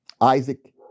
Isaac